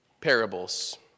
parables